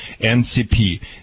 NCP